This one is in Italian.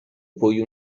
poi